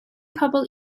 pobl